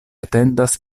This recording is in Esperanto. atendas